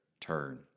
turn